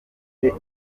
ibiro